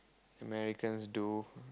Americans do